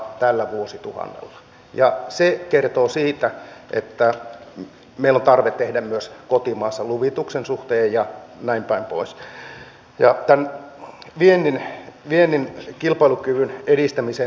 eriarvoiseen asemaan ja sitä kautta myös kotimaassa luvituksen suhteen ja me meidän suomalaiset kuntien asukkaat eriarvoiseen asemaan